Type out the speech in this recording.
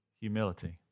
Humility